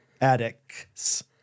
Addicts